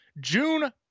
June